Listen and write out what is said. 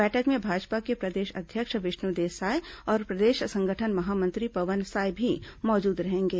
बैठक में भाजपा के प्रदेश अध्यक्ष विष्णुदेव साय और प्रदेश संगठन महामंत्री पवन साय भी मौजूद रहेंगे